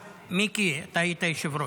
מיקי, אתה היית יושב-ראש,